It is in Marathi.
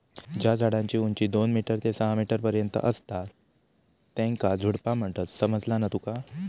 ज्या झाडांची उंची दोन मीटर ते सहा मीटर पर्यंत असता त्येंका झुडपा म्हणतत, समझला ना तुका?